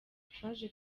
twaje